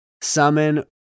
summon